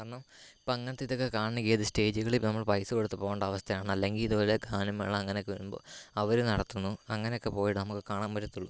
കാരണം ഇപ്പം അങ്ങനത്തെ ഇതൊക്കെ കാണണമെങ്കിൽ അത് സ്റ്റേജുകളിൽ നമ്മൾ പൈസ കൊടുത്ത് പോകേണ്ട അവസ്ഥയാണ് അല്ലെങ്കിൽ ഇതുപോലെ ഗാനമേള അങ്ങനെയൊക്കെ വരുമ്പോൾ അവർ നടത്തുന്നു അങ്ങനെയൊക്കെ പോയിട്ടേ നമുക്ക് കാണാൻ പറ്റത്തുള്ളൂ